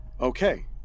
Okay